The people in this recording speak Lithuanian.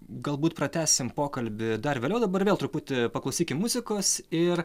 galbūt pratęsim pokalbį dar vėliau dabar vėl truputį paklausykim muzikos ir